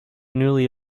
newly